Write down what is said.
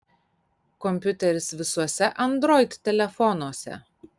kompiuteris visuose android telefonuose